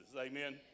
Amen